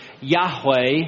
Yahweh